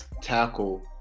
tackle